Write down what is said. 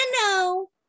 no